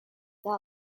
there